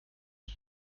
und